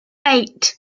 eight